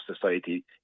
society